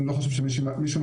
אני לא חושב שמישהו מהקופות,